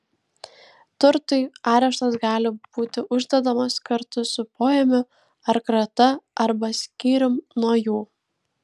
turtui areštas gali būti uždedamas kartu su poėmiu ar krata arba skyrium nuo jų